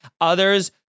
Others